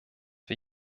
wir